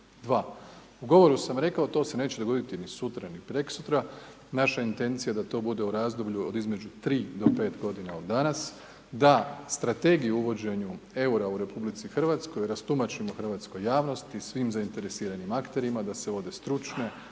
Dva, u govoru sam rekao to se neće dogoditi ni sutra, ni prekosutra, naša intencija da to bude u razdoblju od između tri do pet godina od danas, da strategiju o uvođenju EUR-a u RH rastumačimo hrvatskoj javnosti, svim zainteresiranim akterima da se vode stručne